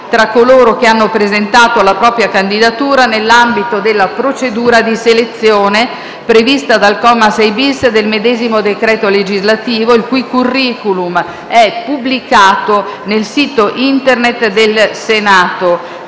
tra coloro che hanno presentato la propria candidatura nell'ambito della procedura di selezione prevista dal comma 6-*bis* del medesimo decreto legislativo, il cui *curriculum* è pubblicato nel sito Internet del Senato.